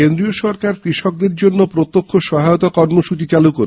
কেন্দ্রীয় সরকার কৃষকদের জন্য প্রত্যক্ষ সহায়তা কর্মসৃচী চালু করছে